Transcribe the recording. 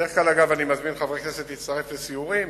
בדרך כלל אני מזמין חברי כנסת להצטרף לסיורים,